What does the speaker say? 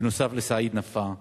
בנוסף לסעיד נפאע,